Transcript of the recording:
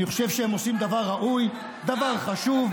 אני חושב שהם עושים דבר ראוי, דבר חשוב.